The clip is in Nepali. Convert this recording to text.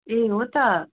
ए हो त